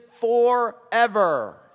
forever